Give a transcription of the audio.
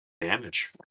damage